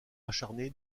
acharné